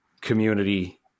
community